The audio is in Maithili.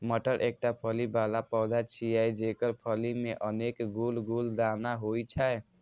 मटर एकटा फली बला पौधा छियै, जेकर फली मे अनेक गोल गोल दाना होइ छै